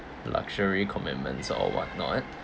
luxury commitments or what not